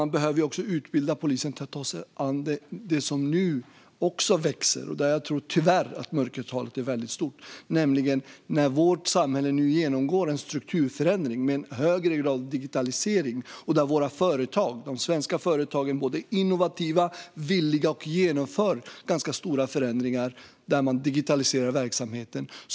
Vi behöver även utbilda polisen för att ta sig an det som nu växer och där jag tror att mörkertalet tyvärr är stort. Vårt samhälle genomgår en strukturförändring med en högre grad av digitalisering. De svenska företagen är både innovativa och villiga att genomföra ganska stora förändringar när de digitaliserar verksamheten.